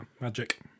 Magic